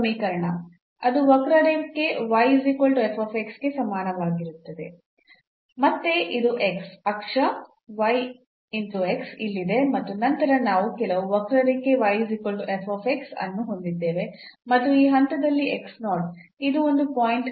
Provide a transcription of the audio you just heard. ಅದು ವಕ್ರರೇಖೆ ಗೆ ಸಮಾನವಾಗಿರುತ್ತದೆ ಮತ್ತೆಇದು ಅಕ್ಷ yx ಇಲ್ಲಿದೆ ಮತ್ತು ನಂತರ ನಾವು ಕೆಲವು ವಕ್ರರೇಖೆ ಅನ್ನು ಹೊಂದಿದ್ದೇವೆ ಮತ್ತು ಈ ಹಂತದಲ್ಲಿ ಇದು ಒಂದು ಪಾಯಿಂಟ್